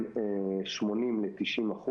בין 80% ל-90%,